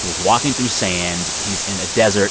he is walking through sand. he's in a desert.